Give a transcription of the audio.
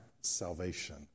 salvation